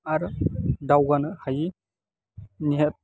आरो दावगानो हायि नेहाद